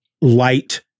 light